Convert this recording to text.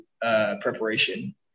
preparation